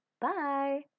Bye